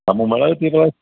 ଆମ ମେଳା